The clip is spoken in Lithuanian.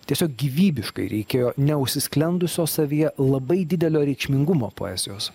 tiesiog gyvybiškai reikėjo neužsisklendusio savyje labai didelio reikšmingumo poezijos